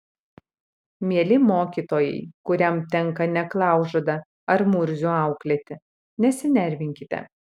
mieli mokytojai kuriam tenka neklaužadą ar murzių auklėti nesinervinkite